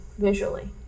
visually